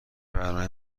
برنامه